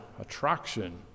attraction